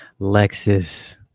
Lexus